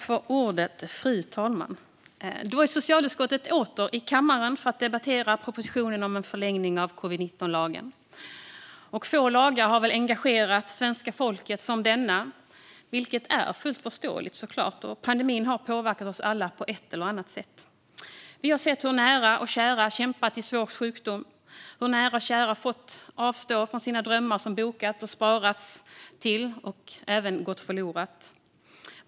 Fru talman! Socialutskottet är åter i kammaren för att debattera propositionen om en förlängning av covid-19-lagen. Få lagar har väl engagerat svenska folket som denna, vilket såklart är fullt förståeligt. Pandemin har påverkat oss alla på ett eller annat sätt. Vi har sett hur nära och kära kämpat i svår sjukdom, hur nära och kära har fått avstå från sina drömmar som bokats och sparats till och som även gått förlorade.